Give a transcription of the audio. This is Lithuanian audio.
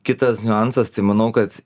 kitas niuansas tai manau kad